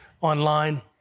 online